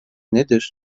nedir